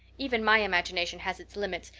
even my imagination has its limits,